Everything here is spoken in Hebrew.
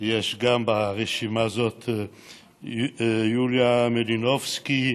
יש גם ברשימה הזאת יוליה מלינובסקי,